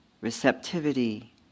receptivity